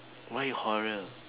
why horror